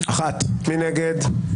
מי נגד?